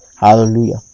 Hallelujah